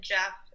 Jeff